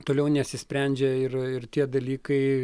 toliau nesisprendžia ir ir tie dalykai